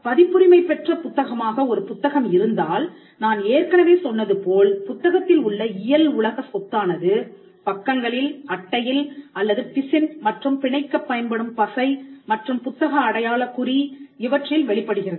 பதிப்புரிமை பெற்ற புத்தகமாக ஒரு புத்தகம் இருந்தால் நான் ஏற்கனவே சொன்னது போல் புத்தகத்தில் உள்ள இயல் உலக சொத்தானது பக்கங்களில் அட்டையில் அல்லது பிசின் மற்றும் பிணைக்கப் பயன்படும் பசை மற்றும் புத்தக அடையாள குறி இவற்றில் வெளிப்படுகிறது